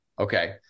Okay